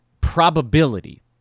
probability